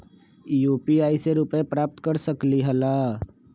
UPI से रुपए प्राप्त कर सकलीहल?